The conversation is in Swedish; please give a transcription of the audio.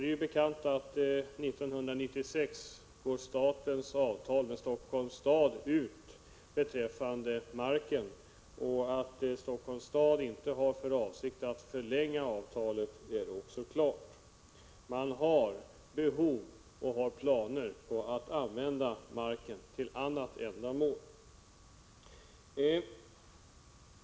Det är bekant att statens avtal med Helsingforss stad beträffande marken går ut 1996. Att Helsingforss stad inte har för avsikt att förlänga avtalet är också klart. Man har behov av marken och man har planer på att använda den för annat ändamål.